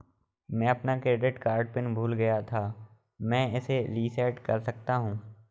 मैं अपना credit card pin भूल गया था मैं इसे कैसे रीसेट कर सकता हूँ?